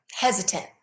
hesitant